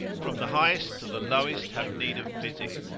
from the highest to the lowest have need of physic,